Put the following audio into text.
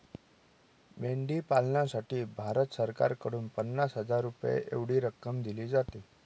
मेंढी पालनासाठी भारत सरकारकडून पन्नास हजार रुपये एवढी रक्कम दिली जाते